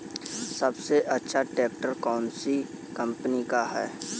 सबसे अच्छा ट्रैक्टर कौन सी कम्पनी का है?